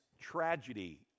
tragedy